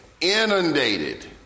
inundated